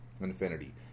Infinity